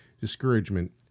discouragement